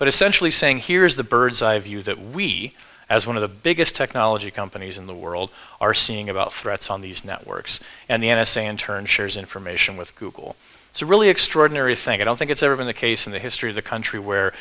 but essentially saying here's the bird's eye view that we as one of the biggest technology companies in the world are seeing about threats on these networks and the n s a in turn shares information with google it's a really extraordinary thing i don't think it's ever been the case in the history of the country where